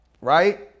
Right